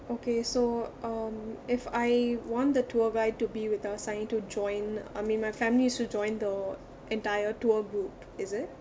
okay so um if I want the tour guide to be with us I need to join I mean my family should join the entire tour group is it